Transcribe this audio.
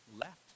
left